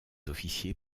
officiers